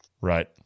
Right